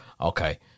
Okay